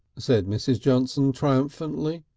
said mrs. johnson triumphantly.